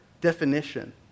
definition